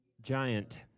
Giant